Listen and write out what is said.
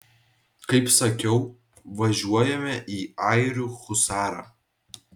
kaip sakiau važiuojame į airių husarą